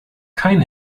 kein